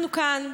אנחנו כאן,